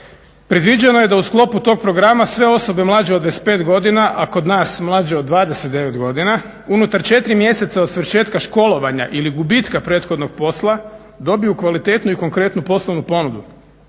Predviđeno je da u sklopu tog programa sve osobe mlađe od 25 godina, a kod nas mlađe od 29 godina, unutar 4 mjeseca od svršetka školovanja ili gubitka prethodnog posla dobiju kvalitetnu i konkretnu poslovnu ponudu.